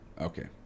Okay